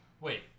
Wait